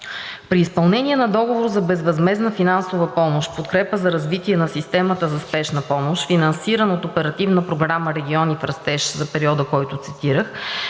При изпълнение на договор за безвъзмездна финансова помощ „Подкрепа за развитие на системата за спешна медицинска помощ“, финансиран по Оперативна програма „Региони в растеж“, за периода, който цитирах,